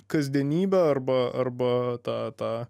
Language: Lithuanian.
kasdienybę arba arba tą tą